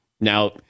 Now